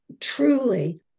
truly